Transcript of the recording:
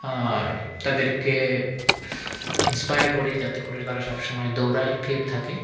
আর তাদেরকে ইন্সপায়ার করি যাতে করে তারা সব সময় দৌড়য় ফিট থাকে